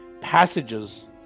passages